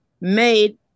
made